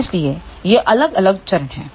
इसलिए ये अलग अलग चरण हैं